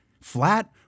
flat